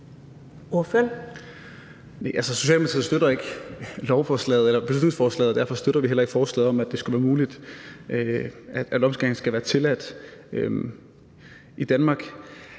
Socialdemokratiet støtter ikke beslutningsforslaget, og derfor støtter vi heller ikke forslaget om, at det skulle være muligt, at